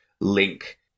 link